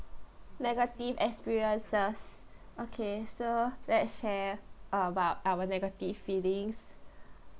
negative experiences okay so let's share about our negative feelings